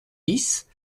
dix